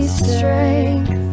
strength